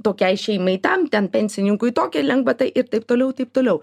tokiai šeimai tam ten pensininkui tokia lengvata ir taip toliau taip toliau